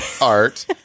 art